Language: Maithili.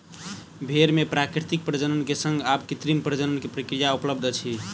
भेड़ मे प्राकृतिक प्रजनन के संग आब कृत्रिम प्रजनन के प्रक्रिया उपलब्ध अछि